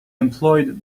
employed